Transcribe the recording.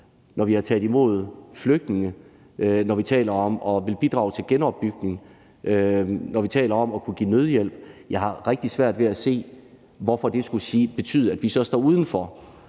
når vi har taget imod flygtninge; når vi taler om at ville bidrage til genopbygning; når vi taler om at kunne give nødhjælp. Jeg har rigtig svært ved at se, hvorfor det skulle betyde, at vi så står udenfor.